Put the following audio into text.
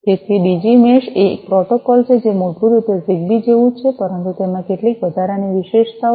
તેથી DigiMesh એ એક પ્રોટોકોલ છે જે મૂળભૂત રીતે જીગબી જેવું જ છે પરંતુ તેમાં કેટલીક વધારાની વિશેષતાઓ છે